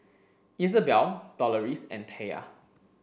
Izabelle Doloris and Taya